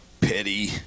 petty